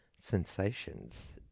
sensations